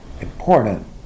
important